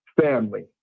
family